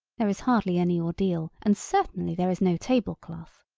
there is hardly any ordeal and certainly there is no tablecloth.